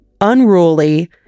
unruly